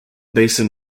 basin